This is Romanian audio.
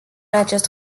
acest